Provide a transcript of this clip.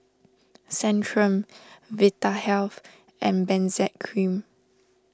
Centrum Vitahealth and Benzac Cream